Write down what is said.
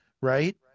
Right